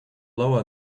lower